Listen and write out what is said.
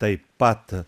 taip pat